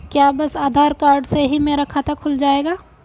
क्या बस आधार कार्ड से ही मेरा खाता खुल जाएगा?